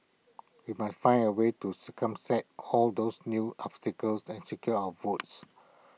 we must find A way to circumvent all those new obstacles and secure our votes